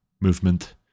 movement